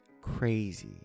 crazy